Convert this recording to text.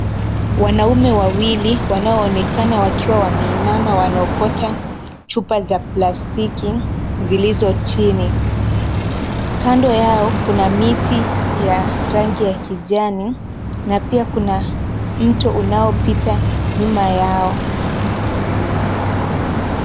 Wanaume wawili wanaoonekana wakiwa wameinama wanaokota chupa za plastiki zilizo chini. Kando yao kuna miti ya rangi ya kijani na pia kuna mto unaopita nyuma yao.